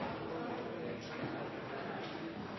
statsråd